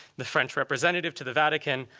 the french representative to the vatican,